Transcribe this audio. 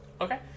Okay